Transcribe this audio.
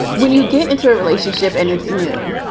when you get into a relationship and it's new,